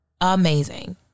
amazing